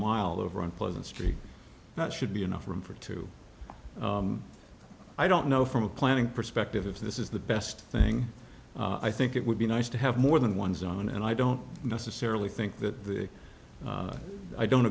mile over unpleasant street that should be enough room for two i don't know from a planning perspective if this is the best thing i think it would be nice to have more than one zone and i don't necessarily think that the i don't